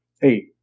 hey